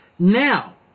Now